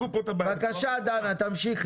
בבקשה, דנה, תמשיכי.